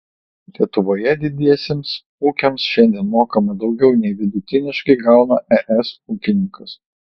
lietuvoje didiesiems ūkiams šiandien mokame daugiau nei vidutiniškai gauna es ūkininkas